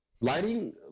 Lighting